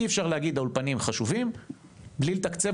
אי אפשר להגיד שהאולפנים חשובים בלי לתקצב